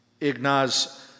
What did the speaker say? Ignaz